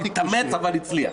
הוא התאמץ, אבל הצליח.